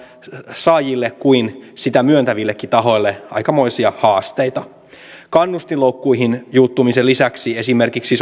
saajille kuin sitä myöntävillekin tahoille aikamoisia haasteita kannustinloukkuihin juuttumisen lisäksi esimerkiksi